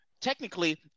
technically